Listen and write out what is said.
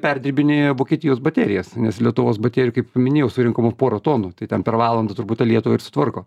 perdirbinėja vokietijos baterijas nes lietuvos bater kaip ir kaip minėjau surenkama pora tonų tai ten per valandą turbūt tą lietuvą ir sutvarko